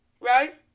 right